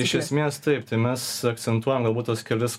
iš esmės taip tai mes akcentuojam galbūt tuos kelis